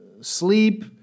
sleep